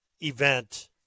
event